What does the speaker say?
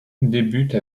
débute